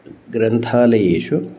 ग्रन्थालयेषु